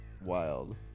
wild